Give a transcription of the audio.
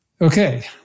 Okay